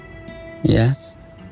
yes